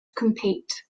compete